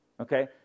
Okay